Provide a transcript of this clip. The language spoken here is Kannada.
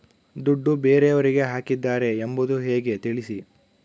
ದುಡ್ಡು ಬೇರೆಯವರಿಗೆ ಹಾಕಿದ್ದಾರೆ ಎಂಬುದು ಹೇಗೆ ತಿಳಿಸಿ?